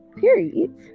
Period